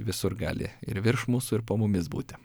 visur gali ir virš mūsų ir po mumis būti